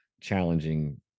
challenging